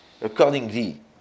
Accordingly